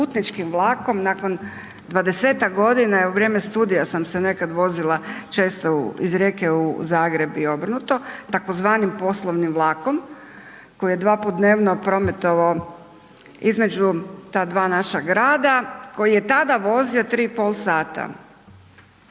putničkim vlakom nakon dvadesetak godina jel u vrijeme studija sam se nekad vozila često iz Rijeke u Zagreb i obrnuto tzv. poslovnim vlakom koji je dva puta dnevno prometovao između ta dva naša grada koji je tada vozio 3,5 sata.